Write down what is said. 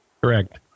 Correct